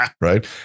right